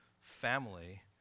family